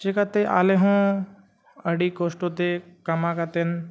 ᱪᱤᱠᱟᱹᱛᱮ ᱟᱞᱮ ᱦᱚᱸ ᱟᱹᱰᱤ ᱠᱚᱥᱴᱚᱛᱮ ᱠᱟᱢᱟᱣ ᱠᱟᱛᱮᱫ